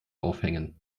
aufhängen